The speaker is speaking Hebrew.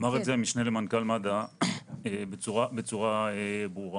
אמר המשנה למנכ"ל מד"א בצורה ברורה: